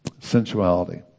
Sensuality